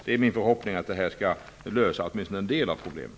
Det är min förhoppning att detta skall lösa åtminstone en del av problemet.